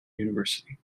university